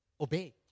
obey